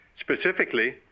specifically